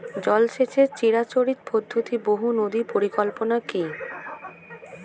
জল সেচের চিরাচরিত পদ্ধতি বহু নদী পরিকল্পনা কি?